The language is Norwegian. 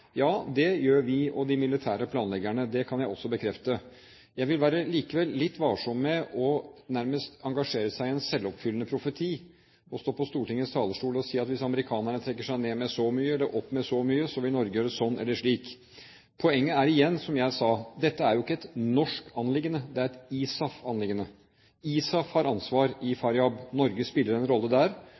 Ja, det gjør vi og de militære planleggerne. Det kan jeg også bekrefte. Jeg vil likevel være litt varsom med nærmest å engasjere meg i en selvoppfyllende profeti, å stå på Stortingets talerstol og si at hvis amerikanerne trekker seg ned med så mye, eller opp med så mye, så vil Norge gjøre sånn eller slik. Poenget er igjen, som jeg sa: Dette er ikke et norsk anliggende, det er et ISAF-anliggende. ISAF har ansvaret i Faryab. Norge spiller en rolle der,